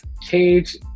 Cage